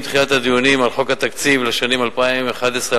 עם תחילת הדיונים על חוק התקציב לשנים 2011 2012